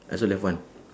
I also left one